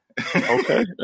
Okay